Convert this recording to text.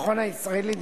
ישראל.